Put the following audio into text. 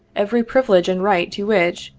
every privilege and right to which,